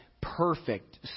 perfect